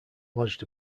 lodged